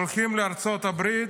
הולכים לארצות הברית,